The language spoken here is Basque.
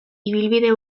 ibilbide